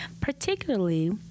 particularly